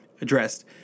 addressed